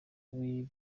w’i